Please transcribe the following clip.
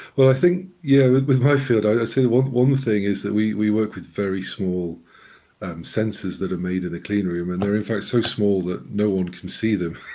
well i think, yeah, with with my field i'd say that one thing is that we we work with very small sensors that are made in a clean room and they're fact so small that no one can see them.